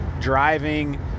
driving